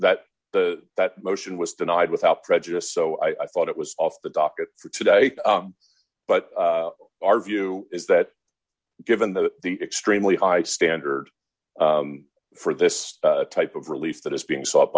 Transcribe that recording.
that the that motion was denied without prejudice so i thought it was off the docket for today but our view is that given that the extremely high standard for this type of relief that is being sought